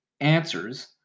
answers